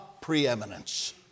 preeminence